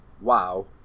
wow